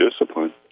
discipline